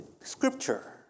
scripture